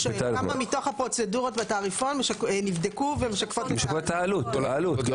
הוא שואל כמה מתוך הפרוצדורות בתעריפון נבדקו ומשקפות את העלות.